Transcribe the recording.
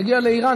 אתה תגיע לאיראן,